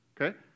okay